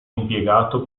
impiegato